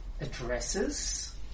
addresses